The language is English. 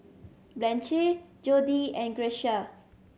Blanche Jody and Grecia